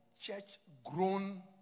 church-grown